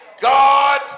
God